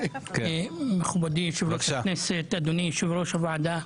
מכובדי, יו"ר הכנסת, אדוני יו"ר הוועדה.